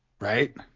Right